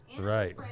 right